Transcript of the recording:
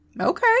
Okay